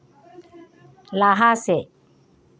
ᱞᱟᱦᱟ ᱥᱮᱫ